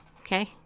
okay